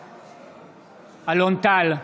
בעד אלון טל,